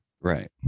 right